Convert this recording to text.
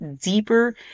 deeper